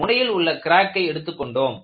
எனவே முனையில் உள்ள கிராக்கை எடுத்துக் கொண்டோம்